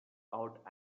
out